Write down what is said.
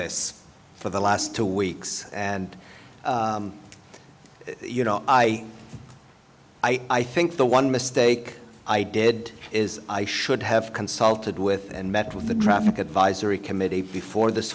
this for the last two weeks and you know i i think the one mistake i did is i should have consulted with and met with the traffic advisory committee before this